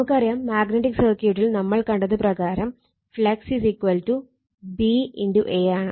നമുക്കറിയാം മാഗ്നറ്റിക് സർക്യൂട്ടിൽ നമ്മൾ കണ്ടത് പ്രകാരം ഫ്ളക്സ് B A ആണ്